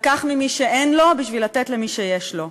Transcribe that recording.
לקח ממי שאין לו בשביל לתת למי שיש לו.